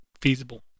feasible